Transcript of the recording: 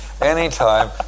anytime